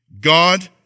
God